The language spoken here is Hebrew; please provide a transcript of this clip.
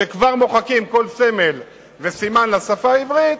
שכבר מוחקים כל סמל וסימן לשפה העברית,